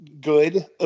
good